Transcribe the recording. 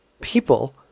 people